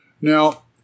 Now